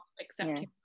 accepting